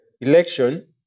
election